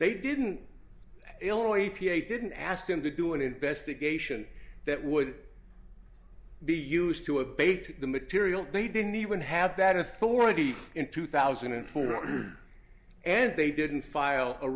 they didn't illinois a p a didn't ask him to do an investigation that would be used to abate the material they didn't even have that authority in two thousand and four and they didn't file a